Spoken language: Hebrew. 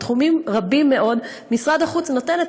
בתחומים רבים מאוד משרד החוץ נותן את